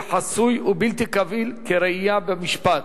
יהיה חסוי ובלתי קביל כראיה במשפט,